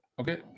Okay